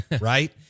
right